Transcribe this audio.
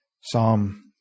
Psalm